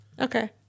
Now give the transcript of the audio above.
Okay